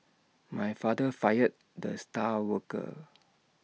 my father fired the star worker